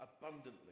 abundantly